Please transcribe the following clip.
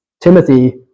Timothy